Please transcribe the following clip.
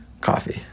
Coffee